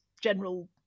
General